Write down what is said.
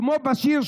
כמו בשיר,